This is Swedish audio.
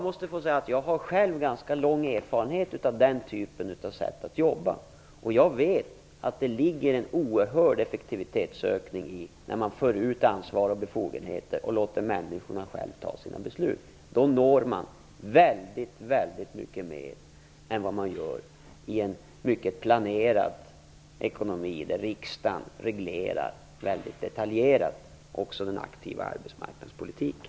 Jag har själv ganska lång erfarenhet av det sättet att jobba. Jag vet att det ligger en oerhörd effektivitetsökning i att föra ut ansvar och befogenheter och låter människor själva fatta sina beslut. Då når man väldigt mycket mer än vad man gör i en mycket planerad ekonomi där riksdagen också mycket detaljerat reglerar den aktiva arbetsmarknadspolitiken.